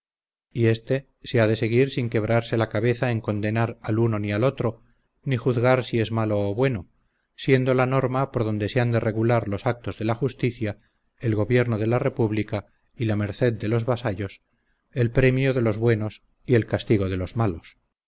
y este se ha de seguir sin quebrarse la cabeza en condenar al uno ni al otro ni juzgar si es malo o bueno siendo la norma por donde se han de regular los actos de la justicia el gobierno de la república y la merced de los vasallos el premio de los buenos y el castigo de los malos